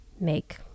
make